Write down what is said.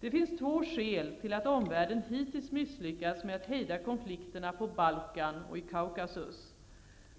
Det finns två skäl till att omvärlden hittills misslyckats med att hejda konflikterna på Balkan och i Kaukasus.